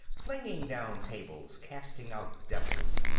flinging down tables, casting out devils,